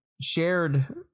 shared